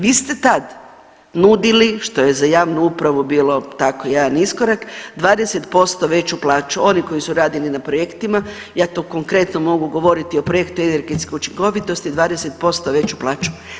Vi ste tad nudili što je za javnu upravu bilo, tako, jedan iskorak, 20% veću plaću oni koji su radili na projektima, ja to konkretno mogu govoriti o projektu energetske učinkovitosti, 20% veću plaću.